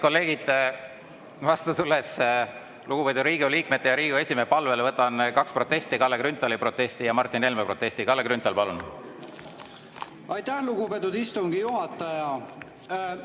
Aitäh, lugupeetud istungi juhataja!